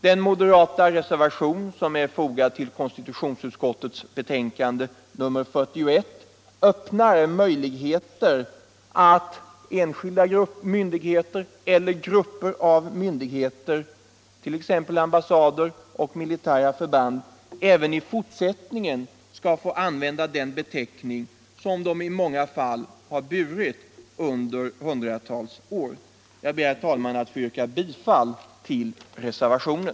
Den moderata reservation som är fogad vid konstitutionsutskottets betänkande nr 41 öppnar möjligheter till att enskilda myndigheter eller grupper av myndigheter, t.ex. ambassader och militära förband, även i fortsättningen skall få använda den beteckning som de i många fall burit under hundratals år. Jag ber, herr talman, att få yrka bifall till reservationen.